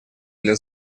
для